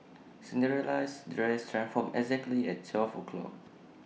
Cinderella's dress transformed exactly at twelve o'clock